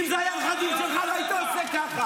אם הם היו הנכדים שלך לא היית עושה ככה.